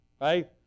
right